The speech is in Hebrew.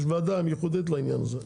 יש ועדה מיוחדת לעניין הזה,